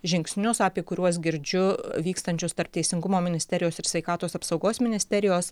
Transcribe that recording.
žingsnius apie kuriuos girdžiu vykstančius tarp teisingumo ministerijos ir sveikatos apsaugos ministerijos